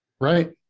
Right